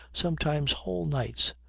sometimes whole nights,